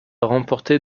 remporter